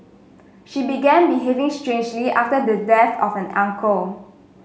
she began behaving strangely after the death of an uncle